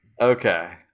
Okay